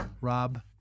Rob